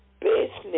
business